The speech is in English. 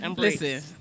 Listen